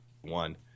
one